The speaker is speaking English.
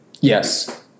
Yes